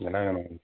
என்ன வேணும்